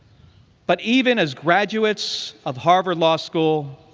but even as graduates of harvard law school,